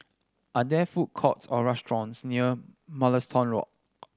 are there food courts or restaurants near Mugliston Walk